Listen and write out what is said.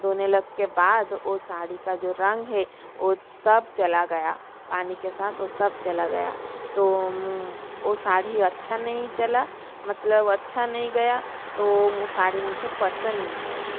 धोने लग के बाद वो साड़ी का जो रंग है वो सब चला गया पानी के साथ ओ सब चला गया तो वो साड़ी अच्छा नहीं चला मतलब अच्छा नहीं गया तो वो साड़ी मुझे पसंद नहीं आई